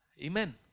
Amen